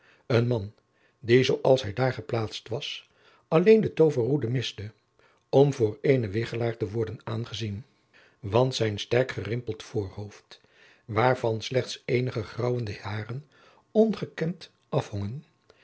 een man die zoo als hij daar geplaatst was alleen de toverroede miste om voor eenen wichelaar te worden aangezien want zijn sterk gerimpeld voorhoofd waarvan slechts eenige graauwende hairen ongekemd afhongen